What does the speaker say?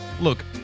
Look